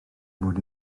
fod